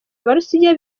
abarusiya